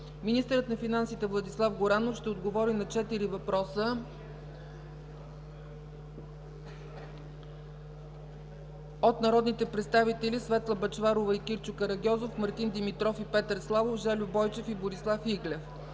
Министърът на финансите Владислав Горанов ще отговори на четири въпроса от народните представители Светла Бъчварова и Кирчо Карагьозов; Мартин Димитров и Петър Славов; Жельо Бойчев; и Борислав Иглев.